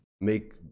Make